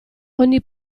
ogni